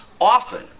often